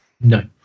No